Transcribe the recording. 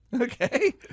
okay